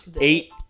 Eight